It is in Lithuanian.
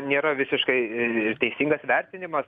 nėra visiškai ir teisingas vertinimas